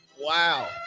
Wow